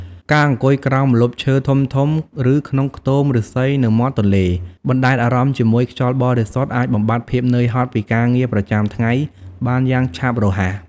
ការអង្គុយក្រោមម្លប់ឈើធំៗ ឬក្នុងខ្ទមឫស្សីនៅមាត់ទន្លេ បណ្តែតអារម្មណ៍ជាមួយខ្យល់បរិសុទ្ធអាចបំបាត់ភាពនឿយហត់ពីការងារប្រចាំថ្ងៃបានយ៉ាងឆាប់រហ័ស។